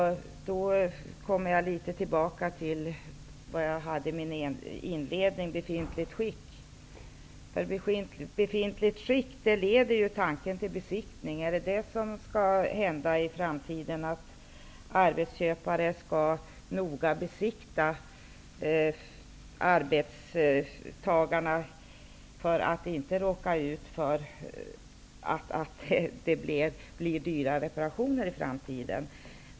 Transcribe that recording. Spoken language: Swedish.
I mitt inledningsanförande talade jag om ''befintligt skick'', som leder tanken till besiktning. Skall arbetsköpare noga besiktiga arbetstagare för att undvika dyra reparationer i framtiden?